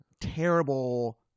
terrible